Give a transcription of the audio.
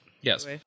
Yes